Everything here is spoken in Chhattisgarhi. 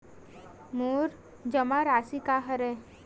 मोर जमा राशि का हरय?